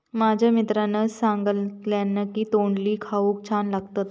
माझ्या मित्रान सांगल्यान की तोंडली खाऊक छान लागतत